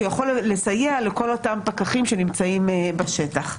שיכול לסייע לכול אותם פקחים שנמצאים בשטח.